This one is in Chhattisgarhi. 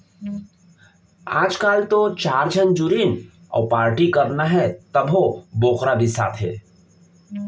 आजकाल तो चार झन जुरिन अउ पारटी करना हे तभो बोकरा बिसाथें